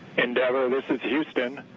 endeavour, this is houston.